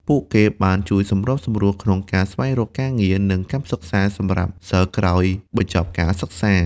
ពួកគេបានជួយសម្របសម្រួលក្នុងការស្វែងរកការងារ និងកម្មសិក្សាសម្រាប់សិស្សក្រោយបញ្ចប់ការសិក្សា។